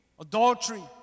adultery